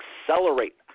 accelerate